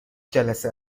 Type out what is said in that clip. جلسه